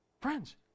Friends